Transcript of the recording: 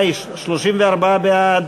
קבוצת סיעת יהדות התורה,